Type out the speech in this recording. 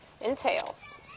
entails